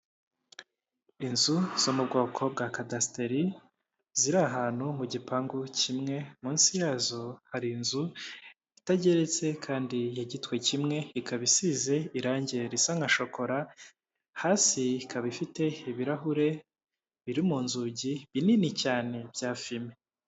Inzu zo mu bwoko bwa kadasiteri ziri ahantu mu gipangu kimwe, munsi yazo hari inzu itageretse kandi ya gitwe kimwe, ikaba isize irangi risa nka shokora, hasi ikaba ifite ibirahure biri mu nzugi binini cyane bya fime.